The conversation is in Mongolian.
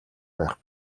байх